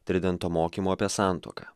tridento mokymo apie santuoką